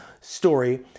story